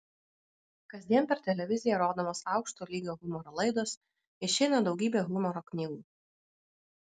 kasdien per televiziją rodomos aukšto lygio humoro laidos išeina daugybė humoro knygų